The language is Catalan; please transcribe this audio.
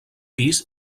pis